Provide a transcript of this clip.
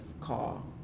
call